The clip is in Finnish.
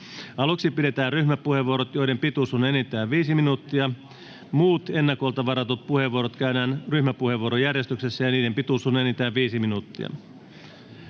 Aluksi pidetään ryhmäpuheenvuorot, joiden pituus on enintään 5 minuuttia. Muut ennakolta varatut puheenvuorot käytetään ryhmäpuheenvuorojärjestyksessä, ja niiden pituus on enintään 5 minuuttia.